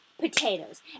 potatoes